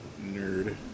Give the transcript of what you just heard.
nerd